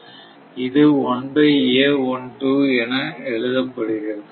இது என எழுதப்படுகிறது